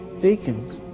deacons